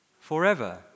forever